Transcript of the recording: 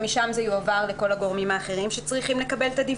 ומשם זה יועבר לכל הגורמים האחרים שצריכים לקבל אותו.